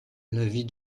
l’avis